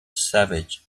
savage